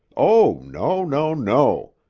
oh, no, no, no.